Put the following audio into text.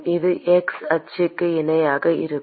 இது x அச்சுக்கு இணையாக இருக்கும்